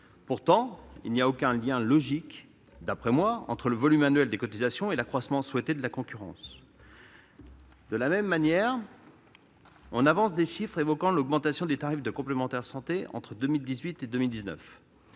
Pourtant, il n'y a aucun lien logique, d'après moi, entre le volume annuel des cotisations et l'accroissement souhaité de la concurrence. De la même manière, on avance des chiffres au sujet de l'augmentation des tarifs des complémentaires santé entre 2018 et 2019,